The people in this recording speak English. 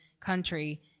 country